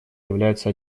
являются